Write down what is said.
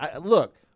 look